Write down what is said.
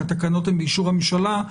התקנות הן באישור הממשלה.